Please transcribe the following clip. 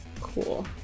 Cool